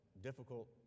difficult